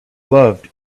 loved